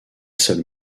seule